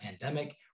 pandemic